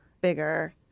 bigger